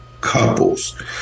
couples